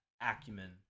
acumen